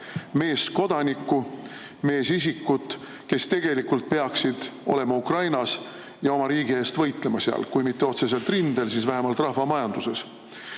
meeskodanikku, meesisikut, kes tegelikult peaksid olema Ukrainas ja oma riigi eest võitlema seal. Kui mitte otseselt rindel, siis vähemalt rahvamajanduses. Ja